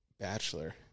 bachelor